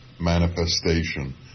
manifestation